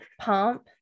pump